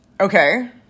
Okay